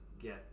get